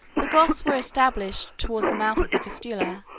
the goths were established towards the mouth of the vistula,